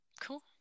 Cool